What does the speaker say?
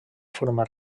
forma